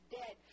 dead